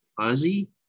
fuzzy